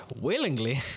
willingly